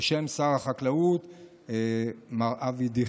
בשם שר החקלאות מר אבי דיכטר.